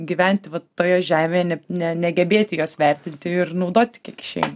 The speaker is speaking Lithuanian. gyventi vat toje žemėje ne ne negebėti jos vertinti ir naudoti kiek išeina